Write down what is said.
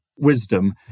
wisdom